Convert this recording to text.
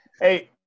Hey